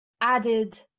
added